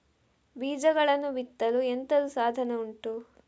ಬೀಜಗಳನ್ನು ಬಿತ್ತಲು ಎಂತದು ಸಾಧನ ಉಂಟು?